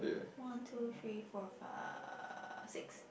one two three four five six